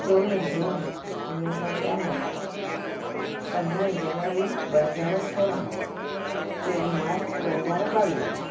चोवीं June उणवीह सौ टियानवे पंदरीं जनवरी ॿ हज़ार सोराहं चोॾहीं मार्च ॿ हज़ार ॿावीह